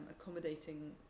accommodating